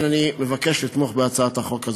אני מבקש לתמוך בהצעת החוק הזאת.